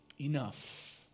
enough